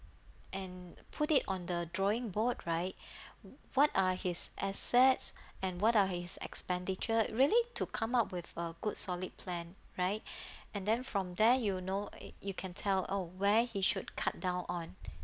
and put it on the drawing board right w~ what are his assets and what are his expenditure really to come out with a good solid plan right and then from there you'll know it you can tell oh where he should cut down on